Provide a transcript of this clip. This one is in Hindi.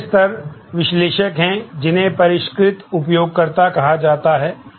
अगले स्तर विश्लेषक हैं जिन्हें परिष्कृत उपयोगकर्ता कहा जाता है